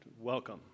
welcome